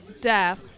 death